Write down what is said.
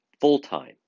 full-time